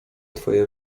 twoje